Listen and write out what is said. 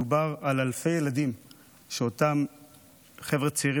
מדובר על אלפי ילדים שאותם חבר'ה צעירים,